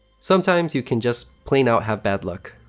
sometimes, you can just plain out have bad luck.